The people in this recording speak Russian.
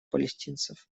палестинцев